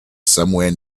somewhere